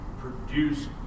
produce